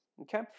Okay